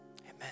amen